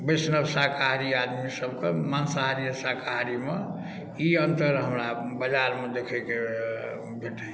बैष्णव शाकाहारी आदमी सबके मांसाहारी आ साकाहारी मे ई अन्तर हमरा बजारमे देखैके भेटैया